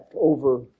over